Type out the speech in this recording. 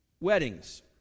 weddings